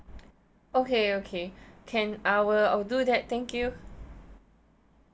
okay okay can I will I'll do that thank you